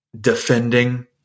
defending